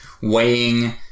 weighing